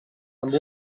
amb